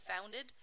founded